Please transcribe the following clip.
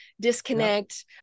disconnect